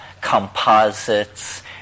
composites